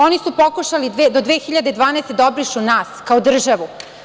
Oni su pokušali do 2012. godine da obrišu nas kao državu.